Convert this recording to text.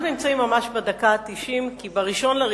אנחנו נמצאים ממש בדקה התשעים, כי ב-1 בינואר